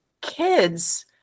kids